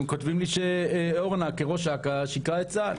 הם כותבים לי שאורנה ברביבאי כראש אכ"א שיקרה את אכ"א.